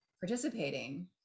participating